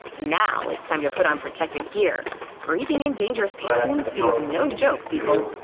now it's time to put on protective gear breathing in dangerous paint fumes is no joke, people.